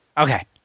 Okay